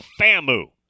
FAMU